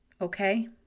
Okay